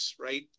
right